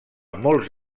molts